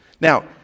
Now